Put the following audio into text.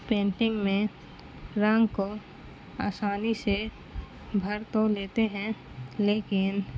painting میں رنگ کو آسانی سے بھر تو لیتے ہیں لیکن